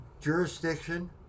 jurisdiction